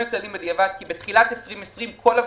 כי בתחילת 2020 כל הגופים,